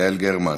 יעל גרמן,